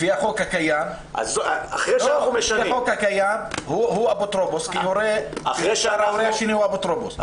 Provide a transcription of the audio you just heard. לפי החוק הקיים הוא האפוטרופוס כי ההורה השני הוא האפוטרופוס.